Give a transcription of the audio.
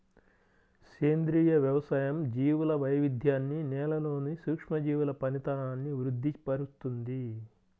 సేంద్రియ వ్యవసాయం జీవుల వైవిధ్యాన్ని, నేలలోని సూక్ష్మజీవుల పనితనాన్ని వృద్ది పరుస్తుంది